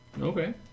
okay